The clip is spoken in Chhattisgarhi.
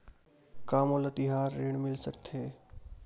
का मोला तिहार ऋण मिल सकथे?